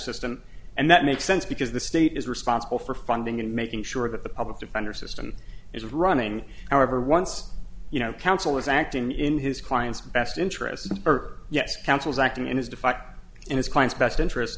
system and that makes sense because the state is responsible for funding and making sure that the public defender system is running however once you know counsel is acting in his client's best interest her yes counsels acting in his defect in his client's best interest